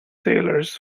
sailors